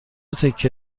تکه